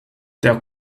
der